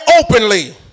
openly